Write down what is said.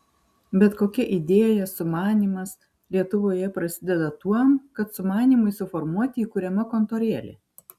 bet kokia idėja sumanymas lietuvoje prasideda tuom kad sumanymui suformuoti įkuriama kontorėlė